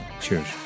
Cheers